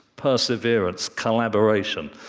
perseverance, collaboration.